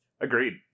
agreed